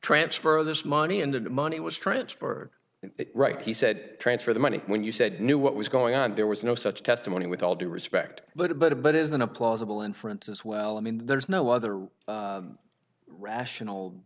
transfer this money and money was transferred right he said transfer the money when you said knew what was going on there was no such testimony with all due respect but but but isn't a plausible inference as well i mean there's no other rational